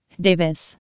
Davis